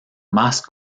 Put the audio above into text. más